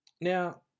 Now